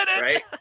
right